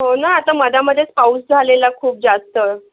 हो न आता मधेमधेच पाऊस झालेला खूप जास्त